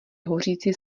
hořící